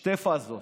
שתי פאזות.